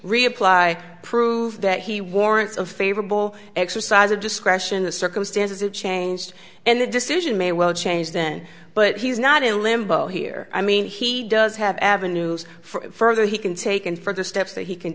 reapply prove that he warrants a favorable exercise of discretion the circumstances it changed and the decision may well change then but he's not in limbo here i mean he does have avenues for that he can take and further steps that he can